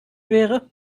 wäre